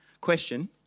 Question